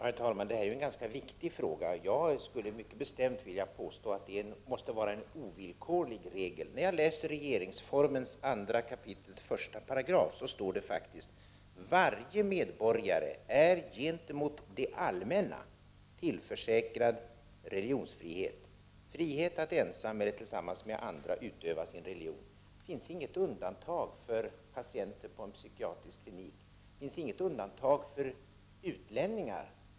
Herr talman! Det här är ju en ganska viktig fråga. Jag skulle mycket bestämt vilja påstå att det måste vara en ovillkorlig regel. I regeringsformens 2 kap. 1§ står det faktiskt: ”Varje medborgare är gentemot det allmänna tillförsäkrad ——— religionsfrihet: frihet att ensam eller tillsammans med andra utöva sin religion.” Det finns inget undantag för patienter på en psykiatrisk klinik och inte heller för utlänningar.